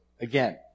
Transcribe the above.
again